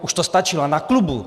Už to stačilo na klubu.